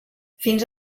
fins